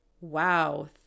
Wow